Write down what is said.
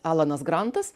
alanas grantas